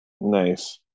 Nice